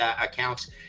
accounts